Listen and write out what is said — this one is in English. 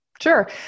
Sure